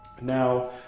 Now